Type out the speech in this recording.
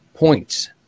points